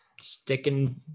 sticking